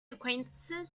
acquaintances